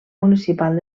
municipal